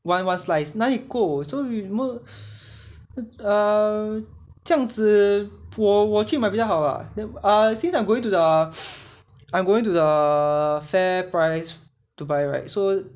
one one sliced 哪里够 so err 这样子我我去买比较好 lah uh since I'm going to the uh I'm going to the FairPrice to buy right so